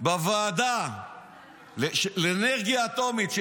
אם היית יודע מי נמצא שם בוועדה לאנרגיה אטומית,